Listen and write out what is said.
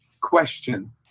question